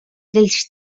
dels